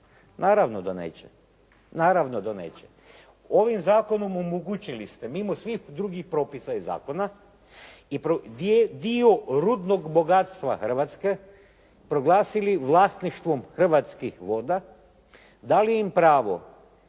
Naravno da neće. Ovim zakonom omogućili ste mimo svih drugih propisa u zakona dio rudnog bogatstva Hrvatske proglasili vlasništvom Hrvatskih voda, dali im pravo